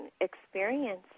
experience